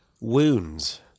Wounds